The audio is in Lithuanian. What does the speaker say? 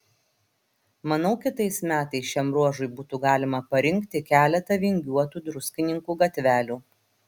manau kitais metais šiam ruožui būtų galima parinkti keletą vingiuotų druskininkų gatvelių